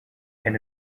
and